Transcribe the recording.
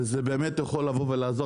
וזה באמת יכול לעזור,